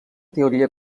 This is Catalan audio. teoria